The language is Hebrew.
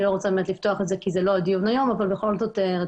אני לא רוצה לפתוח את זה כי זה לא הדיון היום אבל בכל זאת רצינו